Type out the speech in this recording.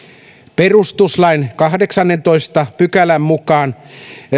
perustuslain kahdeksannentoista pykälän mukaan